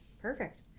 Perfect